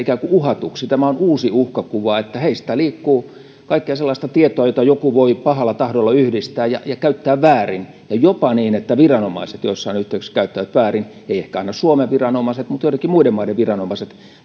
ikään kuin uhatuiksi tämä on uusi uhkakuva että heistä liikkuu kaikkea sellaista tietoa jota joku voi pahalla tahdolla yhdistää ja käyttää väärin ja jopa niin että viranomaiset joissain yhteyksissä käyttävät väärin eivät ehkä aina suomen viranomaiset mutta joidenkin muiden maiden viranomaiset